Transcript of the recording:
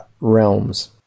realms